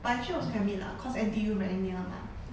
but actually also can meet lah cause N_T_U very near mah